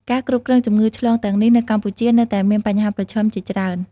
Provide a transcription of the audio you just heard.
ការគ្រប់គ្រងជំងឺឆ្លងទាំងនេះនៅកម្ពុជានៅតែមានបញ្ហាប្រឈមជាច្រើន។